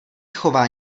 chová